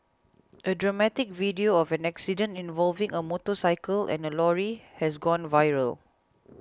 a dramatic video of an accident involving a motorcycle and a lorry has gone viral